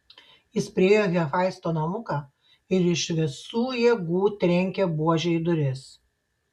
jis priėjo hefaisto namuką ir iš visų jėgų trenkė buože į duris